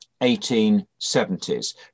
1870s